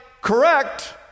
correct